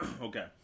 Okay